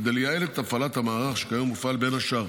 כדי לייעל את הפעלת המערך שכיום מופעל, בין השאר,